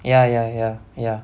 ya ya ya ya